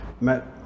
met